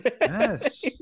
yes